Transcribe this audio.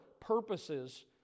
purposes